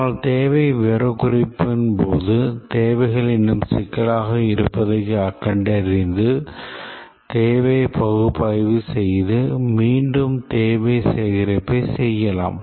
ஆனால் தேவை விவரக்குறிப்புகளின் போது தேவைகள் இன்னும் சிக்கலாக இருப்பதைக் கண்டறிந்து தேவை பகுப்பாய்வு செய்து மீண்டும் தேவை சேகரிப்பைச் செய்யலாம்